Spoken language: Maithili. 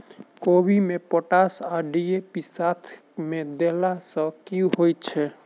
कोबी मे पोटाश आ डी.ए.पी साथ मे देला सऽ की होइ छै?